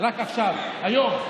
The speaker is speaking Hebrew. רק עכשיו, היום,